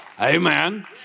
Amen